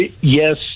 Yes